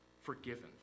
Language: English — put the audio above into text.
forgiven